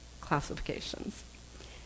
classifications